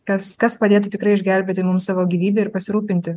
kas kas padėtų tikrai išgelbėti mums savo gyvybę ir pasirūpinti